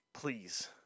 Please